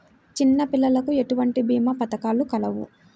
చిన్నపిల్లలకు ఎటువంటి భీమా పథకాలు కలవు?